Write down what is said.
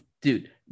Dude